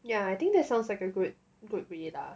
ya I think that sounds like a good good way lah